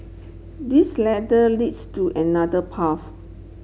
this ladder leads to another path